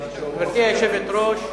היושבת-ראש,